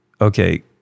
okay